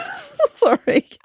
Sorry